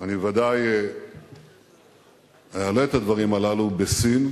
אני ודאי אעלה את הדברים הללו בסין.